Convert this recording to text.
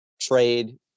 trade